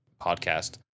podcast